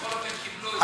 אני זוכר שהם קיבלו את זה.